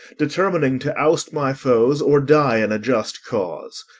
determining to oust my foes or die in a just cause.